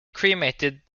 cremated